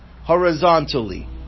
horizontally